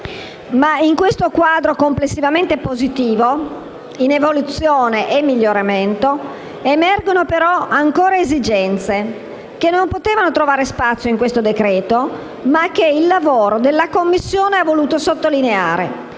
In questo quadro complessivamente positivo, in evoluzione e miglioramento, emergono però ancora esigenze che non potevano trovare spazio in questo decreto-legge, ma che il lavoro della Commissione ha voluto sottolineare,